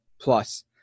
plus